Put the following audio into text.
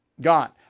Gone